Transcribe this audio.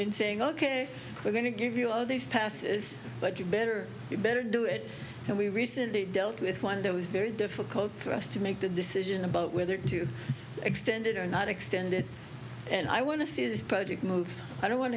been saying ok we're going to give you all these passes but you better you better do it and we recently dealt with one that was very difficult for us to make that this usually about whether to extend it or not extend it and i want to see this project move i don't want